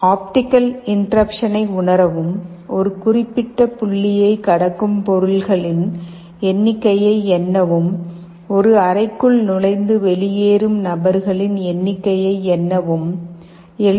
optical இன்டெர்ருப்சனை உணரவும் ஒரு குறிப்பிட்ட புள்ளியைக் கடக்கும் பொருள்களின் எண்ணிக்கையை எண்ணவும் ஒரு அறைக்குள் நுழைந்து வெளியேறும் நபர்களின் எண்ணிக்கையை எண்ணவும் எல்